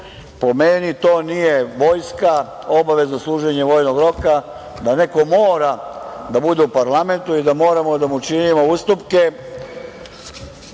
Po meni, to nije vojska, obavezno služenje vojnog roka da neko mora da bude u parlamentu i da moramo da mu činimo ustupke